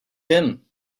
him